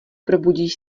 probudíš